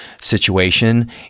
situation